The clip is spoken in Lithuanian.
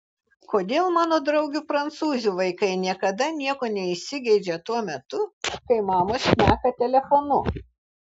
kodėl mano draugių prancūzių vaikai niekada nieko neįsigeidžia tuo metu kai mamos šneka telefonu